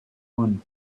one